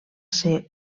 ser